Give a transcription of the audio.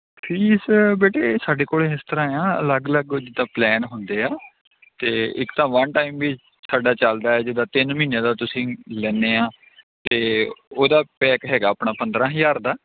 fees ਬੇਟੇ ਸਾਡੇ ਕੋਲ ਇਸ ਤਰ੍ਹਾਂ ਆ ਅਲੱਗ ਅਲੱਗ ਜਿੱਦਾਂ ਪਲੈਨ ਹੁੰਦੇ ਆ ਅਤੇ ਇੱਕ ਤਾਂ ਵਨ ਟਾਈਮ ਵੀ ਸਾਡਾ ਚੱਲਦਾ ਜਿੱਦਾਂ ਤਿੰਨ ਮਹੀਨੇ ਦਾ ਤੁਸੀਂ ਲੈਂਦੇ ਆ ਅਤੇ ਉਹਦਾ ਪੈਕ ਹੈਗਾ ਆਪਣਾ ਪੰਦਰਾਂ ਹਜ਼ਾਰ ਦਾ